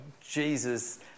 Jesus